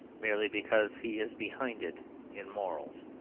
merely because he is behind it in morals.